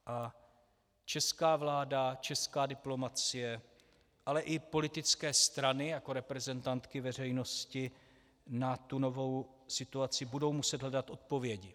A česká vláda, česká diplomacie, ale i politické strany jako reprezentantky veřejnosti na tu novou situaci budou muset hledat odpovědi.